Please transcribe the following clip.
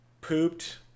pooped